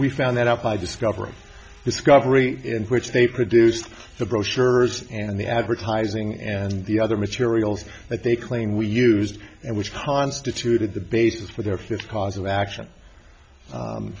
we found that out by discovering discovery in which they produced the brochures and the advertising and the other materials that they claim we used and which constituted the basis for their fifth cause of action